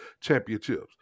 championships